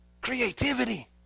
creativity